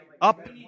up